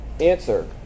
Answer